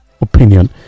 opinion